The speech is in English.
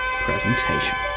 presentation